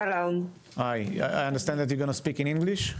(מדברת באנגלית,